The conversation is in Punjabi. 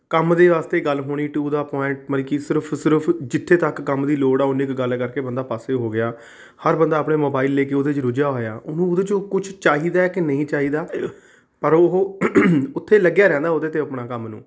ਕੰਮ ਦੇ ਵਾਸਤੇ ਗੱਲ ਹੋਣੀ ਟੂ ਦਾ ਪੁਆਇੰਟ ਸਿਰਫ ਔਰ ਸਿਰਫ ਜਿੱਥੇ ਤੱਕ ਕੰਮ ਦੀ ਲੋੜ ਆ ਓਨੀ ਕੁ ਗੱਲ ਕਰਕੇ ਬੰਦਾ ਪਾਸੇ ਹੋ ਗਿਆ ਹਰ ਬੰਦਾ ਆਪਣੇ ਮੋਬਾਇਲ ਲੈ ਕੇ ਉਹਦੇ 'ਚ ਰੁਝਿਆ ਹੋਇਆ ਉਹਨੂੰ ਉਹਦੇ 'ਚੋਂ ਕੁਛ ਚਾਹੀਦਾ ਹੈ ਕਿ ਨਹੀਂ ਚਾਹੀਦਾ ਪਰ ਉਹ ਉੱਥੇ ਲੱਗਿਆ ਰਹਿੰਦਾ ਉਹਦੇ 'ਤੇ ਆਪਣਾ ਕੰਮ ਨੂੰ